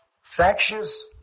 Factious